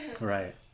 Right